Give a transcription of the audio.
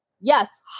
Yes